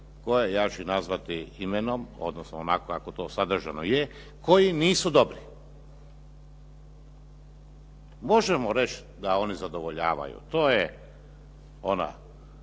koji, ja ću ih nazvati imenom, odnosno onako kako to sadržajno je, koji nisu dobri. Možemo reći da oni zadovoljavaju, to je ona